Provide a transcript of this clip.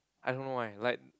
I don't know why like